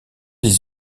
dix